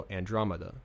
Andromeda 。